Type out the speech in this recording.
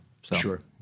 Sure